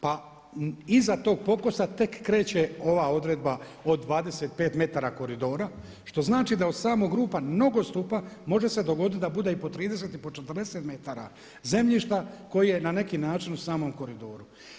Pa iza tog pokosa tek kreće ova odredba od 25 metara koridora što znači da od samog ruba nogostupa može se dogoditi da bude i po 30 i po 40 metara zemljišta koji je na neki način u samom koridoru.